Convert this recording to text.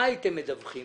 מה הייתם מדווחים?